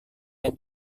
dan